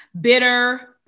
bitter